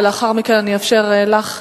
ולאחר מכן אני אאפשר לך,